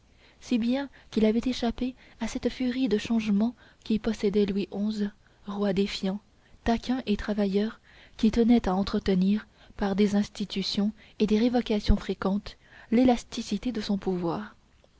si bien qu'il avait échappé à cette furie de changement qui possédait louis xi roi défiant taquin et travailleur qui tenait à entretenir par des institutions et des révocations fréquentes l'élasticité de son pouvoir